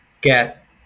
get